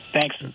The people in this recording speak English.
Thanks